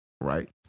right